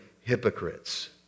hypocrites